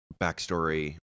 backstory